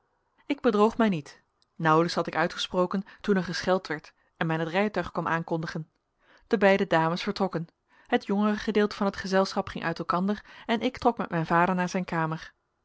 ik bedroog mij niet nauwelijks had ik uitgesproken toen er gescheld werd en men het rijtuig kwam aankondigen de beide dames vertrokken het jongere gedeelte van het gezelschap ging uit elkander en ik trok met mijn vader naar zijn kamer